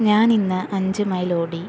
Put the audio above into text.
ഞാൻ ഇന്ന് അഞ്ച് മൈൽ ഓടി